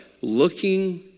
looking